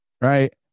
right